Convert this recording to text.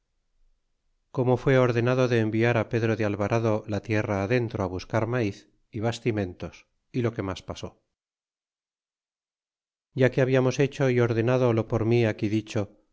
como loé ordenado de enviar pedro de alvarado la tierra adentro buscar mals y bastimentos y lo que mas pasó ya que hablamos hecho y ordenado lo por mi aqui dicho